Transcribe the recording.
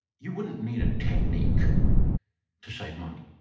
you wouldn't need a technique to save money.